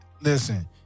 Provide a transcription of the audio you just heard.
Listen